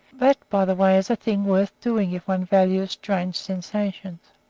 that, by the way, is a thing worth doing if one values strange sensations.